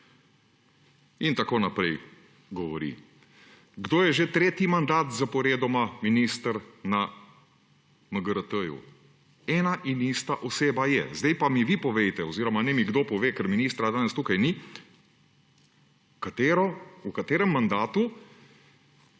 in tako naprej govori. Kdo je že tretji mandat zaporedoma minister na MGRT? Ena in ista oseba je. Zdaj pa mi vi povejte oziroma naj mi kdo pove, ker ministra danes tukaj ni, v katerem mandatu